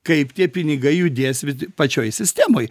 kaip tie pinigai judės vid pačioj sistemoj